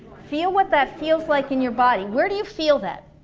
feel what that feels like in your body. where do you feel that?